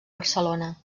barcelona